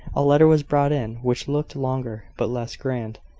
a letter was brought in, which looked longer, but less grand,